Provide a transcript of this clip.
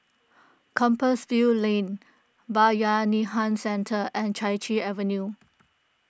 Compassvale Lane Bayanihan Centre and Chai Chee Avenue